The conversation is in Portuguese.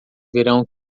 verão